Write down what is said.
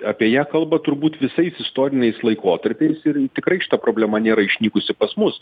apie ją kalba turbūt visais istoriniais laikotarpiais ir tikrai šita problema nėra išnykusi pas mus